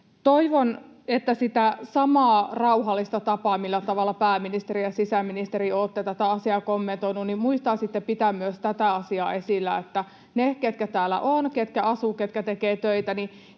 Toivon, että sillä samalla rauhallisella tavalla, millä tavalla, pääministeri ja sisäministeri, olette tätä asiaa kommentoineet, muistaisitte pitää myös tätä asiaa esillä, että niillä, ketkä täällä ovat, ketkä asuvat, ketkä tekevät töitä,